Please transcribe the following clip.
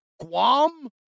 Guam